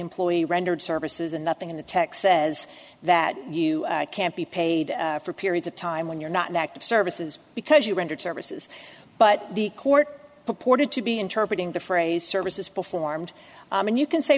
employee rendered services and nothing in the text says that you can't be paid for periods of time when you're not in active services because you rendered services but the court purported to be interpreted in the phrase services performed and you can say